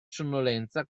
sonnolenza